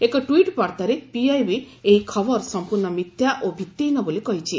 ଏକ ଟ୍ୱିଟ୍ ବାର୍ଭାରେ ପିଆଇବି ଏହି ଖବର ସମ୍ପର୍ଣ୍ଣ ମିଥ୍ୟା ଓ ଭିଭିହୀନ ବୋଲି କହିଛି